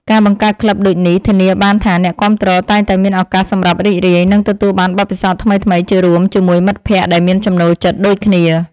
ការបង្កើតក្លឹបដូចនេះ ធានាបានថាអ្នកគាំទ្រតែងតែមានឱកាសសម្រាប់រីករាយ និងទទួលបានបទពិសោធន៍ថ្មីៗជារួមជាមួយមិត្តភក្តិដែលមានចំណូលចិត្តដូចគ្នា។